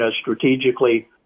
strategically